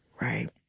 right